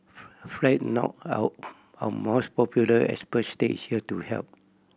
fret not our most popular expert stage here to help